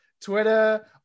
Twitter